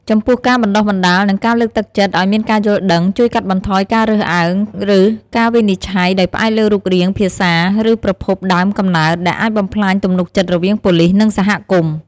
ចំពោះការបណ្តុះបណ្តាល និងការលើកទឹកចិត្តឱ្យមានការយល់ដឹង ជួយកាត់បន្ថយការរើសអើង ឬការវិនិច្ឆ័យដោយផ្អែកលើរូបរាង ភាសា ឬប្រភពដើមកំណើត ដែលអាចបំផ្លាញទំនុកចិត្តរវាងប៉ូលិស និងសហគមន៍។